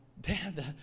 Dad